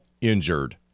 injured